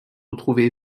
retrouvés